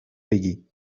بگی